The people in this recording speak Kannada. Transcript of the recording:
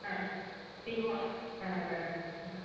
ಹಾಂ ಈಗ ಹಾಂ ಮೇಡಮ್ ಹಾಂ